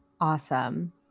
Awesome